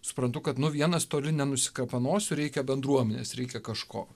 suprantu kad nu vienas toli nenusikapanosiu reikia bendruomenės reikia kažko